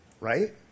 right